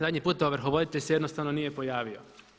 Zadnji put ovrhovoditelj se jednostavno nije pojavio.